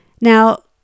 Now